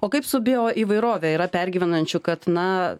o kaip bioįvairove yra pergyvenančių kad na